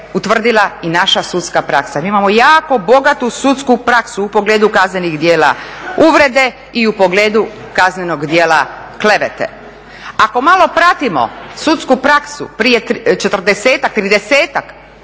utvrdila i naša sudska praksa. Mi imamo jako bogatu sudsku praksu u pogledu kaznenih djela uvrede i u pogledu kaznenog djela klevete. Ako malo pratimo sudsku praksu prije četrdesetak, tridesetak